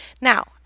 Now